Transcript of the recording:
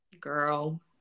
Girl